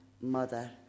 mother